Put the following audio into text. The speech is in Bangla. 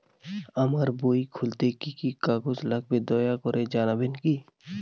আমার বই খুলতে কি কি কাগজ লাগবে দয়া করে জানাবেন কি?